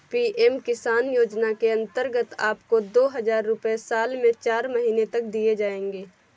PM Kisan योजना के अंतर्गत आपको दो हज़ार रुपये साल में चार महीने तक दिए जाएंगे